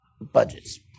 budgets